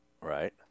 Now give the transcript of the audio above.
Right